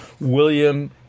William